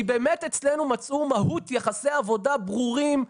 כי באמת אצלנו מצאו מהות יחסי עבודה ברורים.